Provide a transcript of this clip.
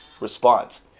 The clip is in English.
response